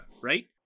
right